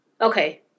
Okay